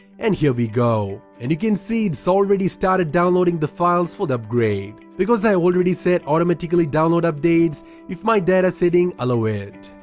and here we go! as and you can see it's already started downloading the files for the upgrade. because i already set automatically download updates if my data settings allow it.